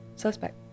suspect